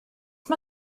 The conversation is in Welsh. mae